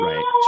Right